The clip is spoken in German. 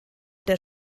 der